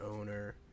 owner